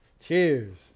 Cheers